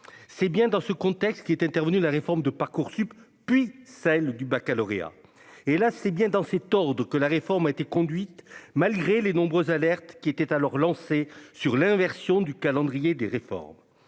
c'est bien dans ce contexte qui est intervenu, la réforme de Parcoursup puis celle du Baccalauréat et là, c'est bien dans ses torts de que la réforme a été conduite malgré les nombreuses alertes qui étaient alors lancées sur l'inversion du calendrier des réformes